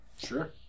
Sure